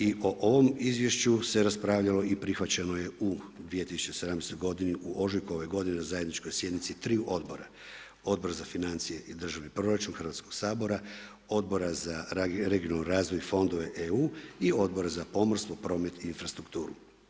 I o ovom Izvješću se raspravljalo i prihvaćeno je u 2017. godini u ožujku ove godine na zajedničkoj sjednici triju odbora – Odbor za financije i državni proračun Hrvatskog sabora, Odbora za regionalni razvoj i fondove EU i Odbora za pomorstvo, promet i infrastrukturu.